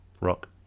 Rock